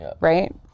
right